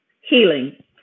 healing